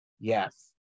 Yes